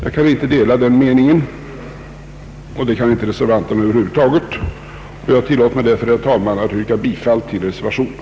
Jag kan inte dela den meningen, och det kan inte reservanterna över huvud taget. Jag tillåter mig, herr talman, att yrka bifall till reservationen.